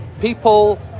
people